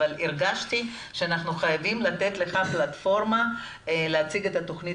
אבל הרגשתי שאנחנו חייבים לתת לך פלטפורמה להציג את התוכנית